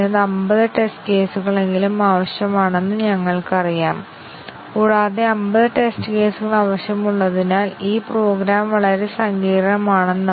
എന്നാൽ ഏത് ടെസ്റ്റ് കേസുകളാണെന്ന് നിങ്ങൾക്ക് എങ്ങനെ അറിയാം അല്ലെങ്കിൽ MC DC കവറേജ് നേടുന്ന ടെസ്റ്റ് കേസുകൾ ഞങ്ങൾ എങ്ങനെ രൂപകൽപ്പന ചെയ്യും എന്ന് നിങ്ങൾ ചോദിച്ചേക്കാം